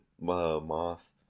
moth